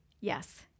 Yes